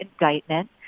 indictment